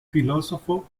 filósofo